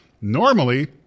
Normally